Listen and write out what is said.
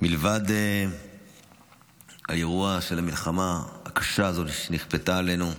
מלבד האירוע של המלחמה הקשה הזו שנכפתה עלינו,